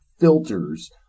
filters